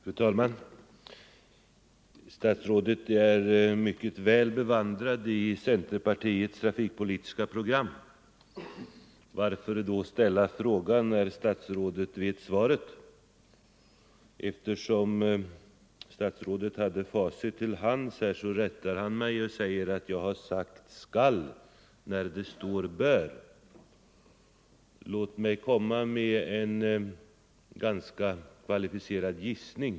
Fru talman! Statsrådet är mycket väl bevandrad i centerpartiets trafikpolitiska program. Varför då ställa frågan, när statsrådet vet svaret? Eftersom statsrådet hade facit till hands, rättar han mig och säger att jag har sagt ”skall” när det står ”bör”. Låt mig komma med en ganska kvalificerad gissning.